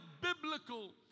biblical